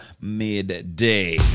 midday